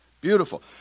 beautiful